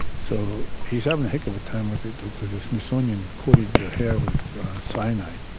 so he's having a heck of a time with it, though, because the smithsonian coated the hair with cyanide.